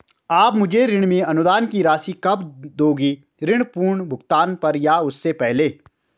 आप मुझे ऋण में अनुदान की राशि कब दोगे ऋण पूर्ण भुगतान पर या उससे पहले?